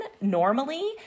normally